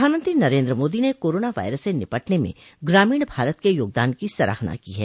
प्रधानमंत्री नरेन्द्र मोदी ने corona virus से निपटने में ग्रामीण भारत के योगदान की सराहना की है